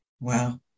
Wow